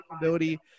ability